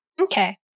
Okay